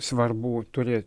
svarbu turėt